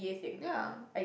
ya